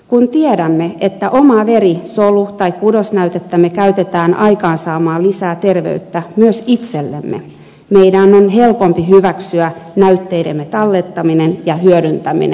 kun tiedämme että omaa veri solu tai kudosnäytettämme käytetään aikaansaamaan lisää terveyttä myös itsellemme meidän on helpompi hyväksyä näytteidemme tallettaminen ja hyödyntäminen